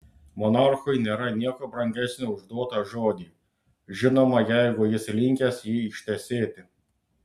monarchui nėra nieko brangesnio už duotą žodį žinoma jeigu jis linkęs jį ištesėti